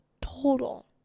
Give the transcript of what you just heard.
total